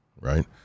right